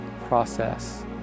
process